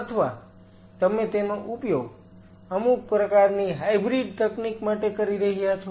અથવા તમે તેનો ઉપયોગ અમુક પ્રકારની હાયબ્રિડ તકનિક માટે કરી રહ્યા છો